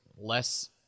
less